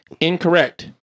Incorrect